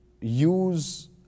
use